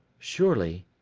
surely,